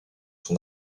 son